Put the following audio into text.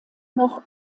noch